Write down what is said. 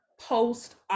post